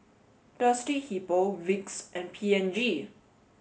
Thirsty Hippo Vicks and P and G